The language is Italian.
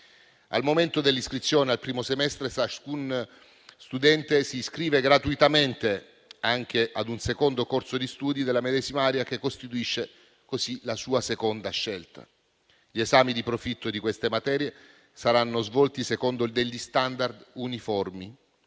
Al momento dell'iscrizione al primo semestre, ciascuno studente si iscrive gratuitamente anche ad un secondo corso di studi della medesima area, che costituisce così la sua seconda scelta. Gli esami di profitto di queste materie saranno svolti secondo degli *standard* uniformi